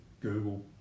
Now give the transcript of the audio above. google